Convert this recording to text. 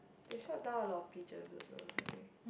they shot down a lot of pigeons also I think